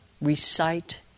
recite